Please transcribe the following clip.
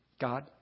God